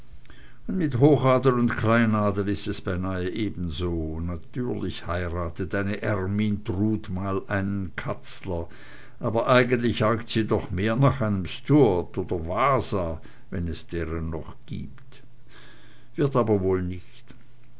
mit hochadel und kleinadel ist es beinah ebenso natürlich heiratet eine ermyntrud mal einen katzler aber eigentlich äugt sie doch mehr nach einem stuart oder wasa wenn es deren noch gibt wird aber wohl nich